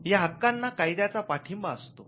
या हक्कांना कायद्याचा पाठिंबा असतो